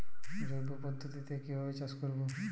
জৈব পদ্ধতিতে কিভাবে চাষ করব?